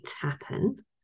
happen